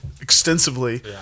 extensively